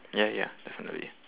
ya ya definitely